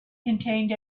contained